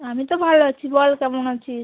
আমি তো ভালো আছি বল কেমন আছিস